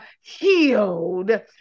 healed